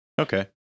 Okay